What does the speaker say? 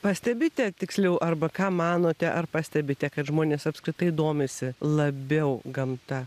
pastebite tiksliau arba ką manote ar pastebite kad žmonės apskritai domisi labiau gamta